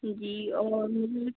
जी orange